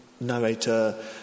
narrator